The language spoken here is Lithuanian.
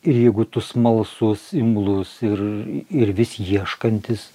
ir jeigu tu smalsus imlus ir ir vis ieškantis